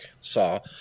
saw